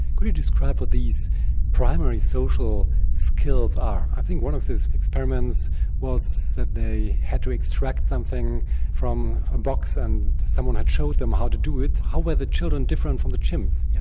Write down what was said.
could you describe what these primary social skills are? i think one of the experiments was that they had to extract something from a box and someone had showed them how to do it. how were the children different from the chimps? yeah